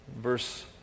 verse